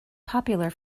popular